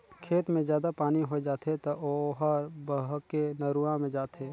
खेत मे जादा पानी होय जाथे त ओहर बहके नरूवा मे जाथे